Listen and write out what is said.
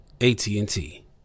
AT&T